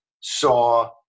saw